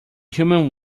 human